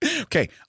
Okay